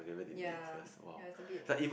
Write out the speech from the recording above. ya ya it's a bit